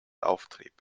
auftrieb